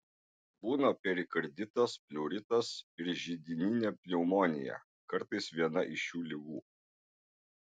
būna perikarditas pleuritas ir židininė pneumonija kartais viena iš šių ligų